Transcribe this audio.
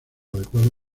adecuado